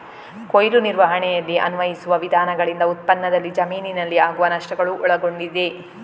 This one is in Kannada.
ಕೊಯ್ಲು ನಿರ್ವಹಣೆಯಲ್ಲಿ ಅನ್ವಯಿಸುವ ವಿಧಾನಗಳಿಂದ ಉತ್ಪನ್ನದಲ್ಲಿ ಜಮೀನಿನಲ್ಲಿ ಆಗುವ ನಷ್ಟಗಳು ಒಳಗೊಂಡಿದೆ